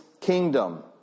kingdom